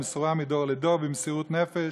המסורה מדור לדור במסירות נפש,